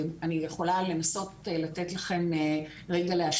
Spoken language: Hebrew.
אני יכולה לנסות לתת לכם השוואה.